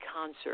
concert